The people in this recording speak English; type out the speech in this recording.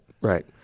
right